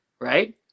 Right